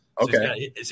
Okay